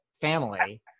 family